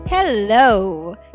Hello